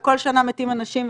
וכל שנה מתים אנשים,